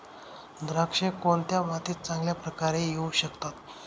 द्राक्षे कोणत्या मातीत चांगल्या प्रकारे येऊ शकतात?